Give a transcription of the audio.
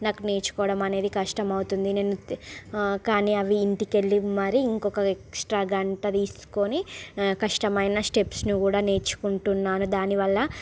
నాకు నేర్చుకోవడమనేది కష్టమవుతుంది నేను కాని అవి ఇంటికెళ్లి మరీ ఇంకోకా ఎక్సట్రా గంట తీసుకుని కష్టమైన స్టెప్సుని కూడా నేర్చుకుంటున్నాను దానివల్ల